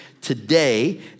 today